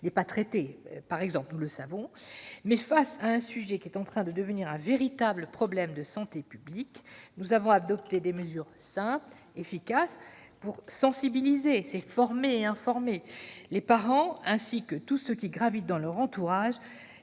n'est pas traitée, par exemple, nous le savons. Mais face à un sujet qui est en train de devenir un véritable problème de santé publique, nous avons adopté des mesures simples et efficaces pour sensibiliser, former et informer les parents, ainsi que tous ceux qui gravitent dans leur entourage,